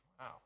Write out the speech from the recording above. Wow